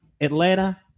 Atlanta